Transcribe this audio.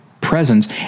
presence